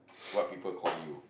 what people call you